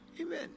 Amen